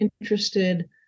interested